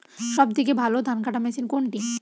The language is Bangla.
সবথেকে ভালো ধানকাটা মেশিন কোনটি?